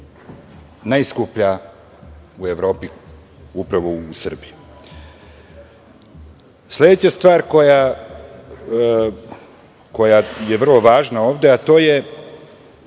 najskuplja u Evropi, mislim na Srbiju. Sledeća stvar koja je vrlo važna ovde, a to je,